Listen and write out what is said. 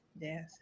yes